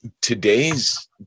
Today's